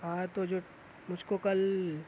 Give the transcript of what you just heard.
ہاں تو جو مجھ کو کل